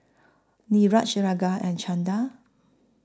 Niraj Ranga and Chanda